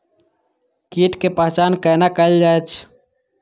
कीटक पहचान कैना कायल जैछ?